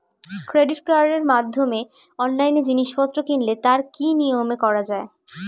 Credit কার্ডের মাধ্যমে অনলাইনে জিনিসপত্র কিনলে তার কি নিয়মে করা যায়?